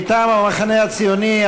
מטעם המחנה הציוני,